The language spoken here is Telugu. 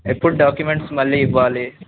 ఎప్పుడు డాక్యుమెంట్స్ మళ్ళీ ఇవ్వాలి